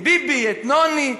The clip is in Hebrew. או ביבי את נוני.